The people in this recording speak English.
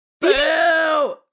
Boo